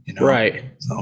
Right